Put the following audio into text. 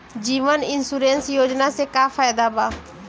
जीवन insurance योजना से का फायदा बा?